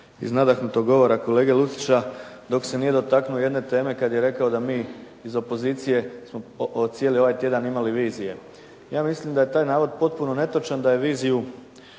iz nadahnutog govora kolega Lucića, dok se nije dotaknuo jedne teme kada je rekao da mi iz opozicije smo cijeli ovaj tjedan imali vizije. Ja mislim da je taj navod potpuno netočan. Da je viziju,